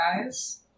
Guys